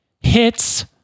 Hits